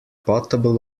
potable